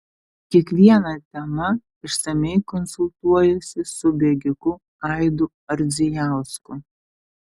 kiekviena tema išsamiai konsultuojuosi su bėgiku aidu ardzijausku